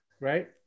Right